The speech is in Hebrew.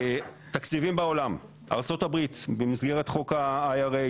תקציבים בעולם ארצות הברית במסגרת חוק ה-IRN,